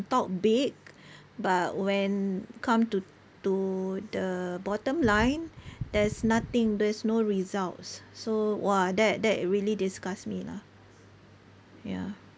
talk big but when come to to the bottom line there's nothing there's no results so !wah! that that really disgusts me lah ya